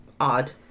odd